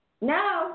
No